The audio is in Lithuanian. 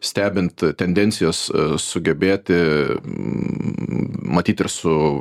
stebint tendencijos sugebėti matyt ir su